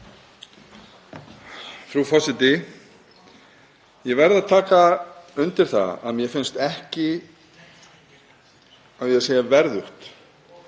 Frú forseti. Ég verð að taka undir það að mér finnst ekki, á ég að segja verðugt